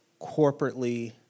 corporately